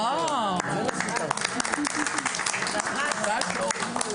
ואו, מזל טוב.